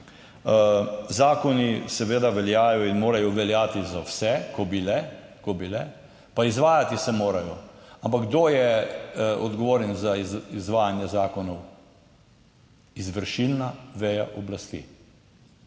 Zakoni seveda veljajo in morajo veljati za vse. Ko bi le, ko bi le. Pa izvajati se morajo. Ampak kdo je odgovoren za izvajanje zakonov? Izvršilna veja oblasti.